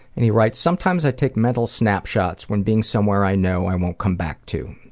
and he writes, sometimes i take mental snapshots when being somewhere i know i won't come back to.